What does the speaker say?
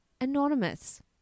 Anonymous